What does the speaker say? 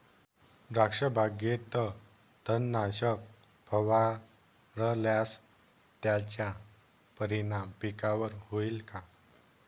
द्राक्षबागेत तणनाशक फवारल्यास त्याचा परिणाम पिकावर होईल का?